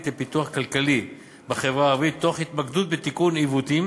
לפיתוח כלכלי בחברה הערבית תוך התמקדות בתיקון עיוותים